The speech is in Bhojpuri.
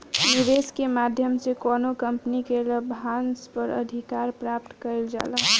निवेस के माध्यम से कौनो कंपनी के लाभांस पर अधिकार प्राप्त कईल जाला